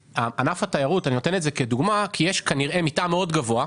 ענף התיירות אני מציג את זה כדוגמה כי יש כנראה מתאם גבוה מאוד,